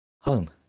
home